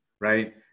right